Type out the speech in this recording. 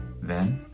then,